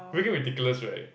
freaking ridiculous right